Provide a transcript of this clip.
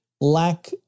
lack